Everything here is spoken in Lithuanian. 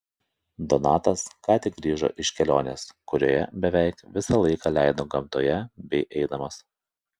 donatas ką tik grįžo iš kelionės kurioje beveik visą laiką leido gamtoje bei eidamas